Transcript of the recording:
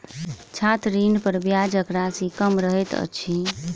छात्र ऋणपर ब्याजक राशि कम रहैत अछि